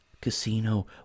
casino